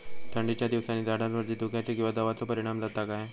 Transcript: थंडीच्या दिवसानी झाडावरती धुक्याचे किंवा दवाचो परिणाम जाता काय?